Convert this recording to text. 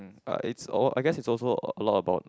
uh it's all I guess is also a lot about